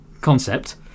concept